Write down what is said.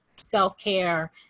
self-care